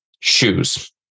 shoes